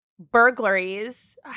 burglaries